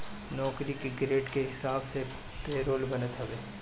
नौकरी के ग्रेड के हिसाब से पेरोल बनत हवे